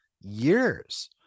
years